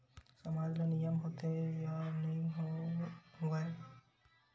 सामाज मा नियम होथे या नहीं हो वाए?